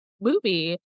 movie